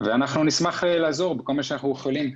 אנחנו נשמח לעזור בכל מה שאנחנו יכולים,